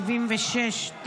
76,